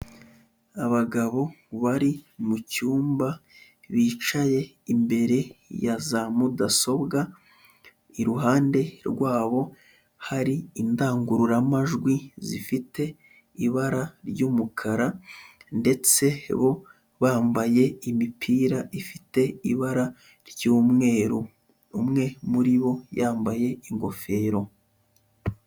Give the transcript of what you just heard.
Abagabo bari mu cyumba bicaye imbere ya za mudasobwa, iruhande rwabo hari indangururamajwi zifite ibara ry'umukara ndetse bo bambaye imipira ifite ibara ry'umweru, umwe mu ribo yambaye ingofero.